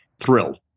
thrilled